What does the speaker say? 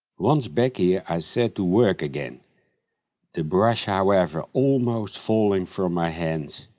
once back here i set to work again the brush however almost falling from my hands,